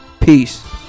Peace